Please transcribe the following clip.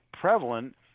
prevalent